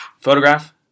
Photograph